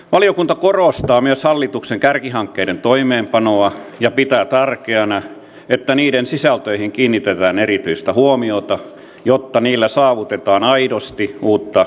valiokunta korostaa myös hallituksen kärkihankkeiden toimeenpanoa ja pitää tärkeänä että niiden sisältöihin kiinnitetään erityistä huomiota jotta niillä saavutetaan aidosti uutta lisäarvoa